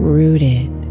rooted